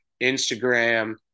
Instagram